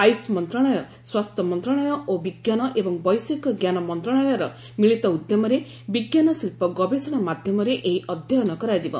ଆୟୁଷ ମନ୍ତ୍ରଣାଳୟ ସ୍ୱାସ୍ଥ୍ୟ ମନ୍ତ୍ରଣାଳୟ ଓ ବିଜ୍ଞାନ ଏବଂ ବୈଷୟିକ ଜ୍ଞାନ ମନ୍ତ୍ରଣାଳୟର ମିଳିତ ଉଦ୍ୟମରେ ବିଜ୍ଞାନ ଶିଳ୍ପ ଗବେଷଣା ମାଧ୍ୟମରେ ଏହି ଅଧ୍ୟୟନ କରାଯିବ